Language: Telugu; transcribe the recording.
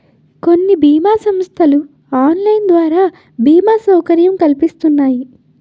కొన్ని బీమా సంస్థలు ఆన్లైన్ ద్వారా బీమా సౌకర్యం కల్పిస్తున్నాయి